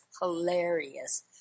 hilarious